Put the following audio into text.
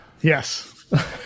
Yes